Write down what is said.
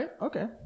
Okay